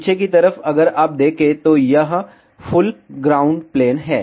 पीछे की तरफ अगर आप देखें तो यह फुल ग्राउंड प्लेन है